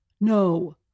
No